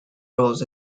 roles